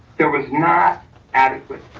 there was not adequate